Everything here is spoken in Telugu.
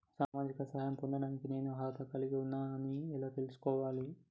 సామాజిక సహాయం పొందడానికి నేను అర్హత కలిగి ఉన్న అని ఎలా తెలుసుకోవాలి?